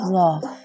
love